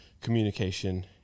Communication